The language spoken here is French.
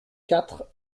quatre